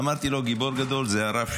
אמרתי לו: גיבור גדול זה הרב שלי,